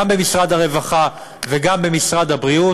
גם במשרד הרווחה וגם במשרד הבריאות,